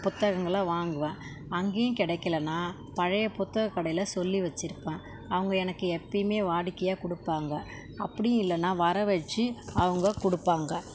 புத்தகங்களை வாங்குவேன் அங்கேயும் கிடைக்கலன்னா பழையப் புத்தகக் கடையில் சொல்லி வச்சுருப்பேன் அவங்க எனக்கு எப்போயுமே வாடிக்கையாக கொடுப்பாங்க அப்படியும் இல்லைன்னா வர வச்சு அவங்கக் கொடுப்பாங்க